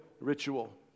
ritual